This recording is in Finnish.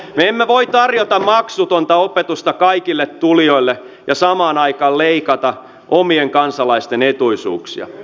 me emme voi tarjota maksutonta opetusta kaikille tulijoille ja samaan aikaan leikata omien kansalaisten etuisuuksista